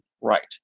right